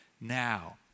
now